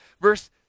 Verse